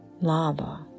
lava